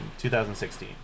2016